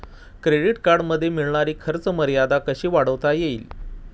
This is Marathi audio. क्रेडिट कार्डमध्ये मिळणारी खर्च मर्यादा कशी वाढवता येईल?